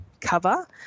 cover